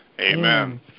Amen